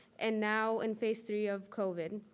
and now in phase three of covid.